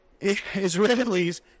Israelis